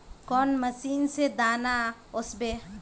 कौन मशीन से दाना ओसबे?